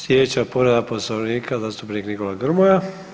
Sljedeća povreda Poslovnika, zastupnik Nikola Grmoja.